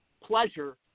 pleasure